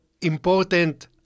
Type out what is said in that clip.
important